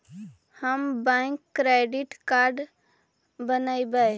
हम bank credit card बनैवो?